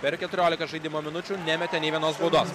per keturioliką žaidimo minučių nemetė nei vienos baudos